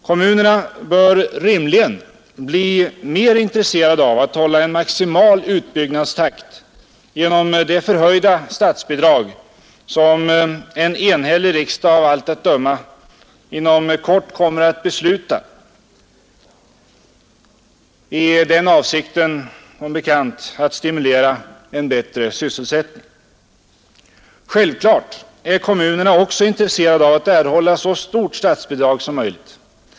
Kommunerna bör rimligen bli mera intresserade av att hålla en maximal utbyggnadstakt genom det förhöjda statsbidrag som en enhällig riksdag av allt att döma inom kort kommer att besluta i avsikt, som bekant, att stimulera till bättre sysselsättning. Självklart är också kommunerna intresserade av att erhålla så stort statsbidrag som möjligt.